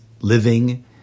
living